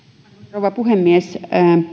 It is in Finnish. rouva puhemies